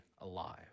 alive